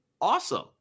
Awesome